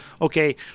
Okay